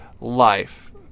life